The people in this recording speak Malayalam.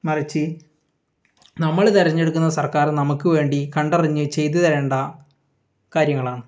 മറിച്ച് നമ്മൾ തിരഞ്ഞെടുക്കുന്ന സർക്കാർ നമുക്ക് വേണ്ടി കണ്ടറിഞ്ഞ് ചെയ്ത് തരേണ്ട കാര്യങ്ങളാണ്